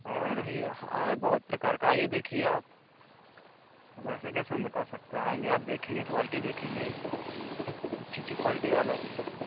और भी है बहुत प्रकार का यह देखिए आप अब ऐसे कैसे हम बता सकते हैं आएँगे आप देखेंगे क्वालटी देखेंगे अच्छी अच्छी क्वालटी वाला है